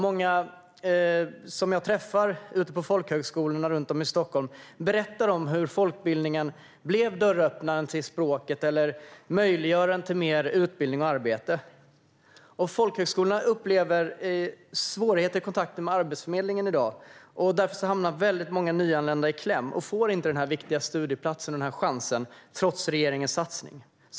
Många som jag träffar ute på folkhögskolorna runt om i Stockholm berättar om hur folkbildningen öppnade dörren till språket och möjliggjorde mer utbildning och arbete. Folkhögskolorna upplever i dag svårigheter i kontakten med Arbetsförmedlingen. Därför hamnar många nyanlända i kläm - de får inte den här viktiga studieplatsen och chansen trots regeringens satsning.